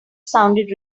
sounded